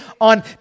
on